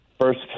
first